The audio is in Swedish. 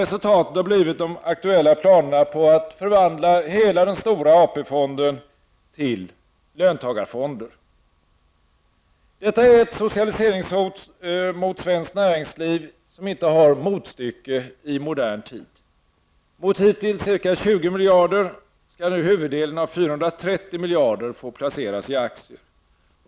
Resultatet har blivit de aktuella planerna på att förvandla hela den stora AP-fonden till löntagarfonder. Detta är ett socialiseringshot mot svenskt näringsliv utan motstycke i modern tid. Mot hittills ca 20 miljarder kronor skall nu huvuddelen av 430 miljarder kronor få placeras i aktier.